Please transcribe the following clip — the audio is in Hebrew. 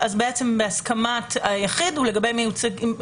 בהסכמת היחיד ולגבי בלתי מיוצגים.